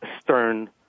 stern